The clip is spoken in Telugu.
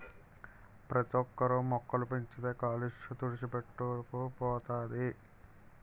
ప్రతోక్కరు మొక్కలు పెంచితే కాలుష్య తుడిచిపెట్టుకు పోతది